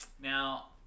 Now